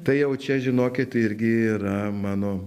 tai jau čia žinokit irgi yra mano